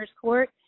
Court